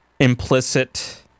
Implicit